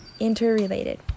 Interrelated